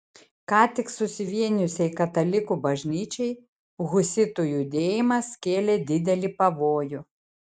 ką tik susivienijusiai katalikų bažnyčiai husitų judėjimas kėlė didelį pavojų